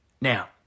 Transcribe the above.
Now